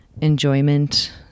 enjoyment